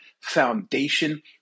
Foundation